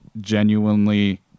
genuinely